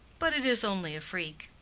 but it is only a freak.